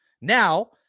Now